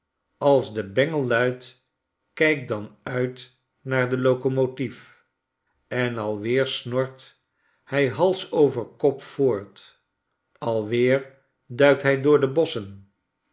als de bengel luidt kijk dan uit naar de locomotief en alweer snort hij hals over kop voort alweer duikt hij door de bosschen